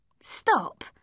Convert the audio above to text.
Stop